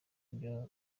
byo